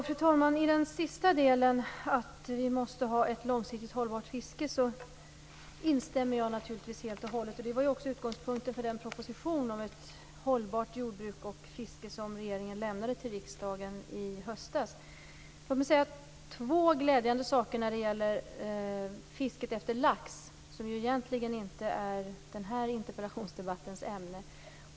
Fru talman! I den sista delen, att vi måste ha ett långsiktigt hållbart fiske, instämmer jag naturligtvis helt och hållet. Det var också utgångspunkten för den proposition om ett hållbart jordbruk och fiske som regeringen lämnade till riksdagen i höstas. Låt mig ta upp två glädjande saker när det gäller laxfisket, som ju egentligen inte är den här interpellationsdebattens ämne.